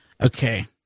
Okay